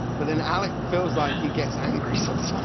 but then alec feels like he gets angry sometimes.